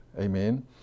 Amen